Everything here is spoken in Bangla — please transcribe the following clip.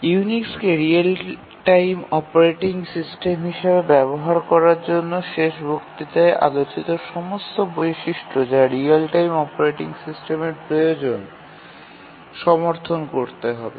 ইউনিক্সকে রিয়েল টাইম অপারেটিং সিস্টেম হিসাবে ব্যবহার করার জন্য শেষ বক্তৃতায় আলোচিত সমস্ত বৈশিষ্ট্য যা রিয়েল টাইম অপারেটিং সিস্টেমের প্রয়োজন সমর্থন করতে হবে